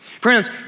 Friends